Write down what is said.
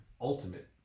ultimate